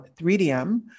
3DM